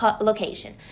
location